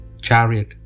chariot